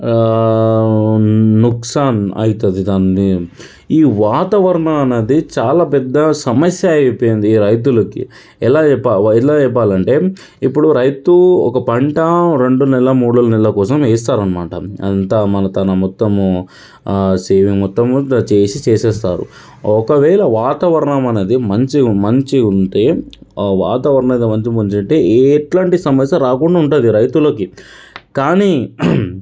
నుక్సాన్ అవుతుంది దానిది ఈ వాతావరణం అనేది చాలా పెద్ద సమస్య అయిపోయింది ఈ రైతులకి ఎలా చెప్ప ఎలా చెప్పాలి అంటే ఇప్పుడు రైతు ఒక పంట రెండు నెలల మూడు నెలల కోసం వేస్తారు అన్నమాట అంతా మన తన మొత్తము సేవింగ్ మొత్తం కూడా చేసి చేసేస్తారు ఒకవేళ వాతావరణం అనేది మంచిగా మంచిగా ఉంటే వాతావరణం ఎట్లాంటి సమస్య రాకుండా ఉంటుంది రైతులకి కానీ